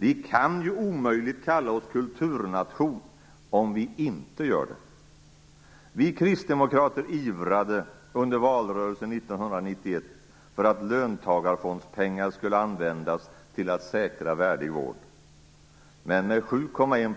Vi kan ju omöjligt kalla oss kulturnation om vi inte gör det. Vi kristdemokrater ivrade under valrörelsen 1991 för att löntagarfondspengar skulle användas till att säkra värdig vård. Men med 7,1